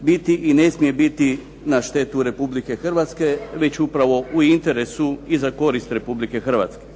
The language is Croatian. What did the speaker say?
biti i ne smije biti na štetu Republike Hrvatske, već upravo u interesu i za korist Republike Hrvatske.